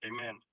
Amen